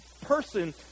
person